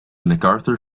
macarthur